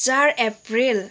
चार अप्रेल